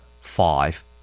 Five